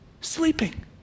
sleeping